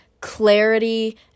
clarity